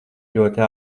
ļoti